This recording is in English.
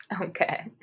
Okay